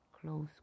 close